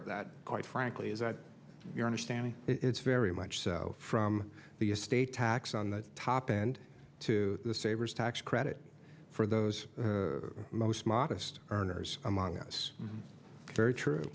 of that quite frankly is that your understanding it's very much so from the estate tax on the top end to the savers tax credit for those most modest earners among us very true